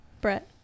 Brett